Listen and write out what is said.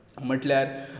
म्हणल्यार